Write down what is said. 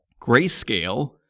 grayscale